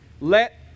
Let